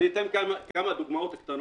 אציג כאן כמה דוגמאות קטנות.